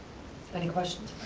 any questions